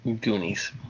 Goonies